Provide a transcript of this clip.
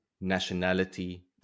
nationality